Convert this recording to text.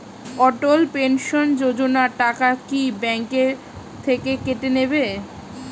অটল pension Yojana টাকা কি bank থেকে কেটে নেবে?